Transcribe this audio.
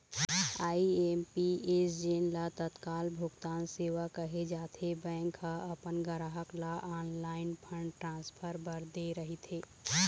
IMPS जेन ल तत्काल भुगतान सेवा कहे जाथे, बैंक ह अपन गराहक ल ऑनलाईन फंड ट्रांसफर बर दे रहिथे